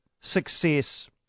success